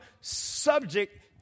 subject